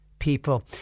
people